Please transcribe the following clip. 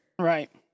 right